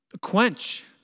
quench